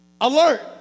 Alert